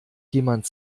jemand